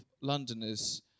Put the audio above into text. Londoners